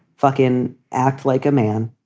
fuckin act like a man,